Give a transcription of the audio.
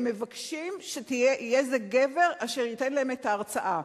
הם מבקשים שיהיה זה גבר אשר ייתן להם את ההרצאה.